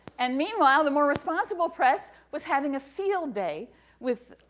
and meanwhile, the more responsible press was having a field day with,